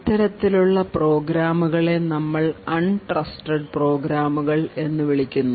ഇത്തരത്തിലുള്ള പ്രോഗ്രാമുകളെ നമ്മൾ അൺ ട്രസ്റ്റഡ് പ്രോഗ്രാമുകൾ എന്ന് വിശേഷിപ്പിക്കുന്നു